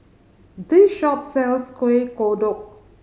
this shop sells Kueh Kodok